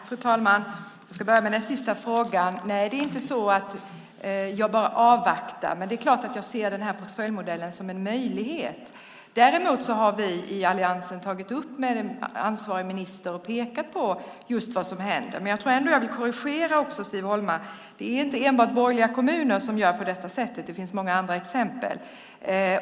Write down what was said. Fru talman! Jag ska börja med den sista frågan. Nej, det är inte så att jag bara avvaktar. Men det är klart att jag ser denna portföljmodell som en möjlighet. Däremot har vi i alliansen tagit upp detta med ansvarig minister och pekat på vad som händer. Men jag vill ändå korrigera Siv Holma. Det är inte enbart borgerliga kommuner som gör på detta sätt. Det finns många andra exempel.